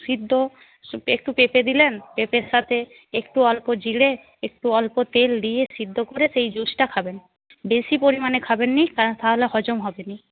সিদ্ধ একটু পেঁপে দিলেন পেঁপের সাথে একটু অল্প জিরে একটু অল্প তেল দিয়ে সিদ্ধ করে সেই জুসটা খাবেন বেশি পরিমাণে খাবেন না তা তাহলে হজম হবে না